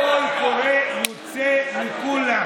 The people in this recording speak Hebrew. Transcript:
קול קורא יוצא לכולם.